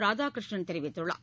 ராதாகிருஷ்ணன் தெரிவித்துள்ளார்